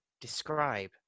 describe